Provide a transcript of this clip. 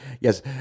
Yes